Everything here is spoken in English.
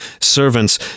Servants